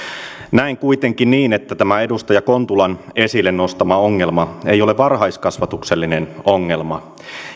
näen kuitenkin niin että tämä edustaja kontulan esille nostama ongelma ei ole varhaiskasvatuksellinen ongelma